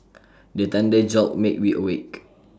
the thunder jolt make we awake